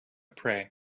pray